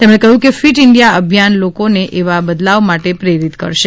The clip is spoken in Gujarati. તેમણે કહ્યું કે ફિટ ઇન્ડિયા અભિયાન લોકોને એવા બદલાવ માટે પ્રેરિત કરશે